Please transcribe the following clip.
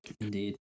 Indeed